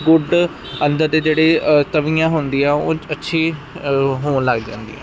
good ਅੰਦਰ ਦੇ ਜਿਹੜੀ ਤਵੀਆਂ ਹੁੰਦੀਆਂ ਉਹ ਅੱਛੀ ਹੋਣ ਲੱਗ ਜਾਂਦੀ ਹੈ